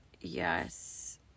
Yes